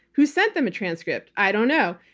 who sent them a transcript? i don't know.